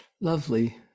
lovely